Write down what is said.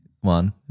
one